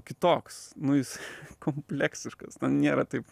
kitoks nu jis kompleksiškas nėra taip